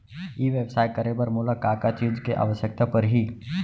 ई व्यवसाय करे बर मोला का का चीज के आवश्यकता परही?